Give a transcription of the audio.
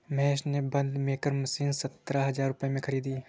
महेश ने बंद maker machine सतरह हजार रुपए में खरीदी